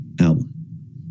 album